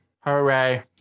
Hooray